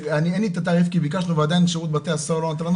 אין לי את התאריך ועדיין שירות בתי הסוהר לא נתנו לנו